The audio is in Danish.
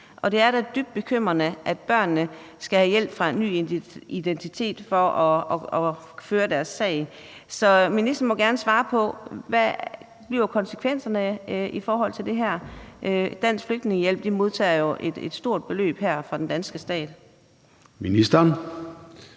det er da dybt bekymrende, at børnene skal have hjælp til en ny identitet for at kunne føre deres sag. Så ministeren må gerne svare på, hvad konsekvenserne bliver i forhold til det her, for Dansk Flygtningehjælp modtager jo et stort beløb fra den danske stat. Kl.